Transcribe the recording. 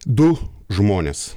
du žmonės